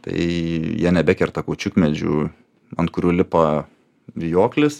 tai tai jie nebekerta kaučiukmedžių ant kurių lipa vijoklis